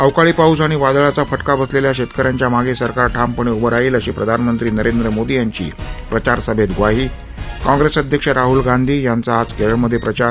अवकाळी पाऊस आणि वादळाचा फटका बसलख्खा शक्कि याच्या माग सरकार ठामपणउभि राहिल अशी प्रधानमंत्री नरेंद्र मोदी यांची प्रचार सभत्त ग्वाही काँग्रस्तिअध्यक्ष राहूल गांधी यांचा आज करळमधप्रिचार